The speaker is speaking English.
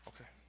Okay